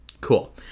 Cool